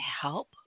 help